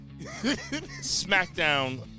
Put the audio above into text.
SmackDown